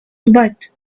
but